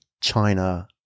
China